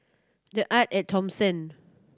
The Arte At Thomson